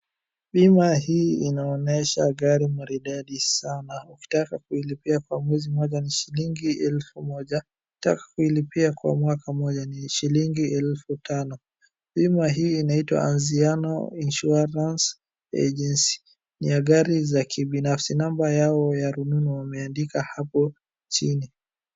Bima hii inaonyesha gari maridadi sana, ukitaka kuilipia kwa mwezi mmoja ni shilingi elfu moja, ukitaka kuilipia kwa mwaka mmoja ni shilingi elfu tano. Bima hii inaitwa Anziano Insuarance Agency, ni ya gari za kibinafsi. Number yao ya rununu wameandika hapo chini.